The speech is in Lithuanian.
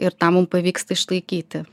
ir tą mum pavyksta išlaikyti